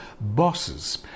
Bosses